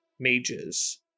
mages